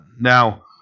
Now